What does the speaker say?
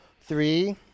Three